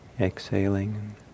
exhaling